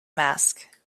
mask